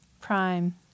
Prime